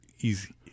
easy